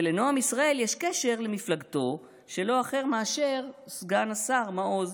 ולנעם ישראל יש קשר למפלגתו של לא אחר מאשר סגן השר מעוז.